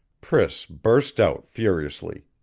priss burst out furiously,